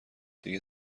دیگه